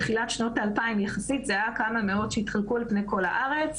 בתחילת שנות האלפיים אלו היו כמה מאות שהתחלקו על פני כל הארץ.